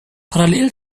parallel